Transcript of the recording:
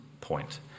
point